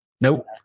Nope